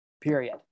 Period